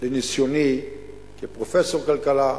לניסיוני כפרופסור לכלכלה,